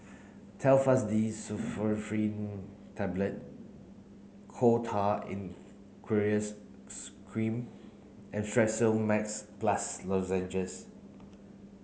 Telfast D Pseudoephrine Tablets Coal Tar in Aqueous Cream and Strepsil Max Plus Lozenges